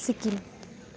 Sikkim